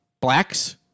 blacks